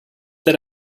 that